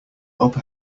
upper